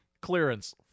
clearance